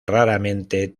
raramente